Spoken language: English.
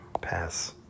Pass